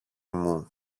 μου